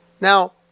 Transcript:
Now